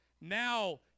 Now